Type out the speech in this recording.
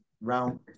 round